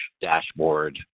dashboard